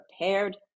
prepared